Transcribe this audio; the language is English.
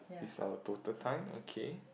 this is our total time okay